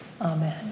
amen